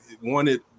wanted